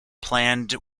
planned